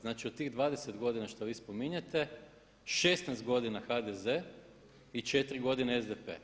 Znači od tih 20 godina što vi spominjete 16 godina HDZ i 4 godine SDP.